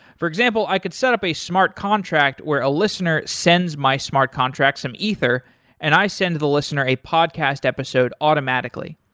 for example, i could set up a smart contract where a listener sends my smart contracts on ether and i send the listener a podcast episode automatically.